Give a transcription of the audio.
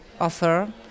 offer